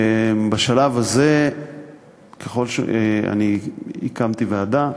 בשלב הזה הקמתי ועדה,